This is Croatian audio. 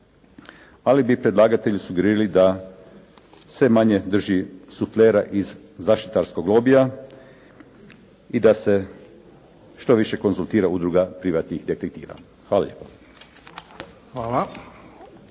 ali bi predlagatelju sugerirali da se manje drži suflera iz zaštitarskog lobija i da se što više konzultira Udruga privatnih detektiva. Hvala lijepa.